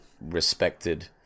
respected